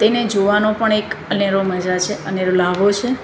તેને જોવાનો પણ એક અનેરો મજા છે અનેરો લ્હાવો છે